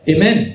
Amen